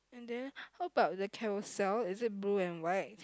and then how about the carousel is it blue and white